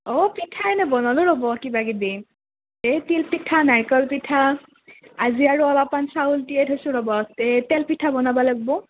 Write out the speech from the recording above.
অঁ পিঠা এনেই বনালোঁ ৰ'ব কিবা কিবি এই তিল পিঠা নাৰিকল পিঠা আজি আৰু অলপমান চাউল তিয়াই থৈছোঁ ৰ'ব এ তেল পিঠা বনাবা লাগবো